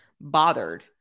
bothered